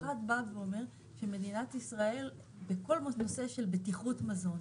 אחת באה ואומרת שמדינת ישראל בכל הנושא של בטיחות מזון,